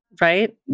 right